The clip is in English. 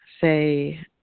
say